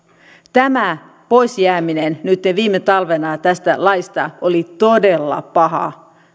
tämä poisjääminen nytten viime talvena tästä laista oli todella paha